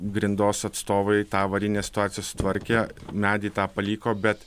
grindos atstovai tą avarinę situaciją sutvarkė medį tą paliko bet